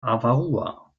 avarua